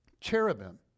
cherubim